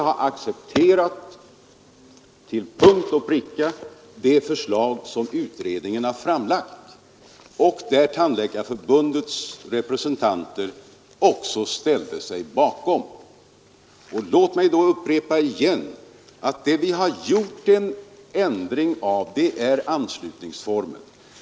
Där har vi till punkt och pricka accepterat det förslag som utredningen har lagt fram och som Tandläkarförbundets representanter har ställt sig bakom. Låt mig då på nytt upprepa att vad vi har gjort en ändring av är anslutningsformen.